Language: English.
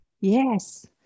Yes